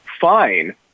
fine